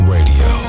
Radio